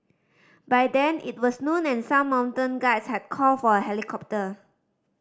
by then it was noon and some mountain guides had called for a helicopter